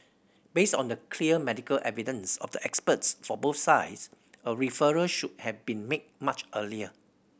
based on the clear medical evidence of the experts for both sides a referral should have been made much earlier